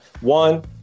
One